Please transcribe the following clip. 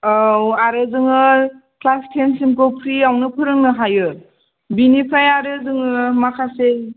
औ आरो जोङो क्लास टेनसिमखौ प्रियावनो फोरोंनो हायो बेनिफ्राय आरो जोङो माखासे